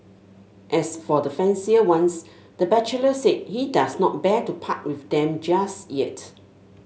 as for the fancier ones the bachelor said he does not bear to part with them just yet